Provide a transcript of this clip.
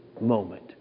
moment